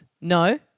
No